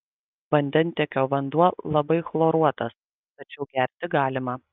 vandentiekio vanduo labai chloruotas tačiau gerti galima